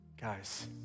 Guys